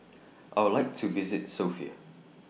I Would like to visit Sofia